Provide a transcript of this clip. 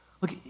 Look